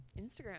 instagram